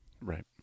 Right